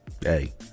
Hey